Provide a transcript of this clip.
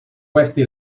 questi